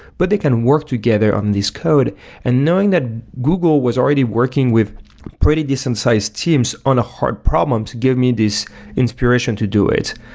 but they can work together on this code and knowing that google was already working with pretty decent-sized teams on a hard problems give me this inspiration to do it.